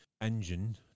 engine